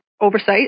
oversight